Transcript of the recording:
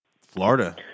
Florida